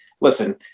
listen